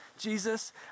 Jesus